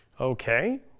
Okay